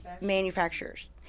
manufacturers